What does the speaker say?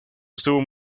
estuvo